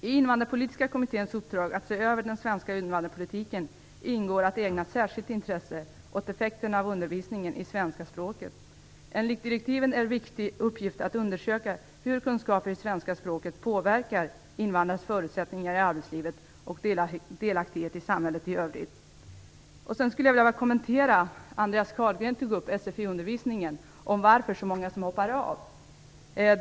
I Invandrarpolitiska kommitténs uppdrag att se över den svenska invandrarpolitiken ingår att ägna särskilt intresse åt effekterna av undervisningen i svenska språket. Enligt direktiven är det en viktig uppgift att undersöka hur kunskaper i svenska språket påverkar invandrarnas förutsättningar i arbetslivet och delaktighet i samhället i övrigt. Jag skulle vilja kommentera det Andreas Carlgren tog upp om sfi-undervisningen och varför så många hoppar av den.